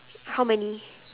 how many